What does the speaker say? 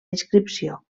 inscripció